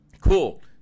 Cool